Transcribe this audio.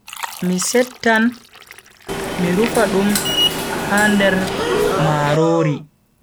mi settan mi rufa dum ha nder marori.